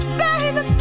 baby